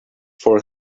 for